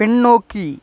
பின்னோக்கி